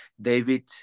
David